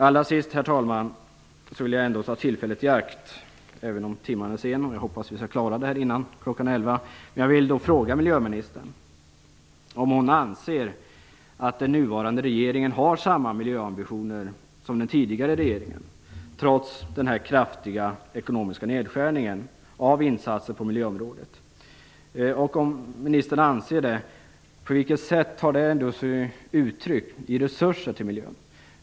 Allra sist, herr talman, vill jag ta tillfället i akt - även om timman är sen, jag hoppas vi skall klara det här före klockan elva - att fråga miljöministern om hon anser att den nuvarande regeringen har samma miljöambitioner som den tidigare regeringen, trots den här kraftiga ekonomiska nedskärningen av insatser på miljöområdet. Om ministern anser det - på vilket sätt tar det sig uttryck i resurser till miljön?